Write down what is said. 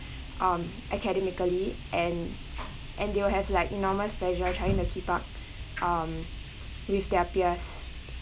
um academically and and they will have like enormous pressure trying to keep up um with their peers